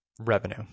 Revenue